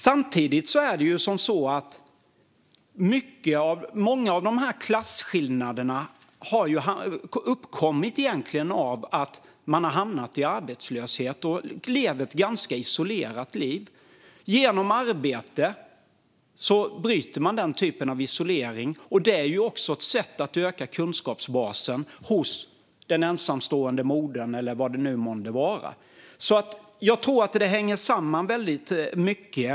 Samtidigt har många av dessa klasskillnader egentligen uppkommit av att man har hamnat i arbetslöshet och lever ett ganska isolerat liv. Genom arbete bryter man den typen av isolering. Det är också ett sätt att öka kunskapsbasen hos den ensamstående modern eller vem det nu månde vara. Jag tror att detta hänger samman väldigt mycket.